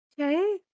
Okay